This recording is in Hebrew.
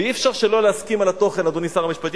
ואי-אפשר שלא להסכים על התוכן, אדוני שר המשפטים.